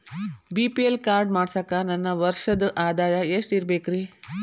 BPL card ಮಾಡ್ಸಾಕ ನನ್ನ ವರ್ಷದ್ ಆದಾಯ ಎಷ್ಟ ಇರಬೇಕ್ರಿ?